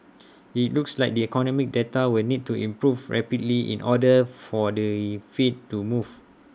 IT looks like the economic data will need to improve rapidly in order for the fed to move